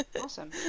Awesome